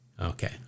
Okay